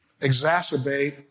exacerbate